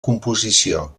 composició